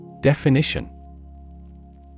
Definition